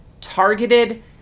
targeted